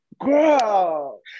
Girl